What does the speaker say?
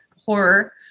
horror